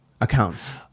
accounts